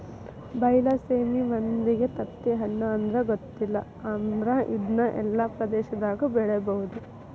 ಬೈಲಸೇಮಿ ಮಂದಿಗೆ ತತ್ತಿಹಣ್ಣು ಅಂದ್ರ ಗೊತ್ತಿಲ್ಲ ಆದ್ರ ಇದ್ನಾ ಎಲ್ಲಾ ಪ್ರದೇಶದಾಗು ಬೆಳಿಬಹುದ